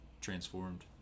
transformed